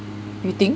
you think